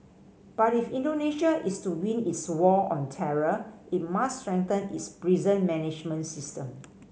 but if Indonesia is to win its war on terror it must strengthen its prison management system